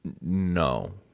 No